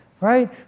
Right